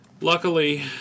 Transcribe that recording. Luckily